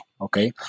Okay